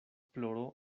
ploro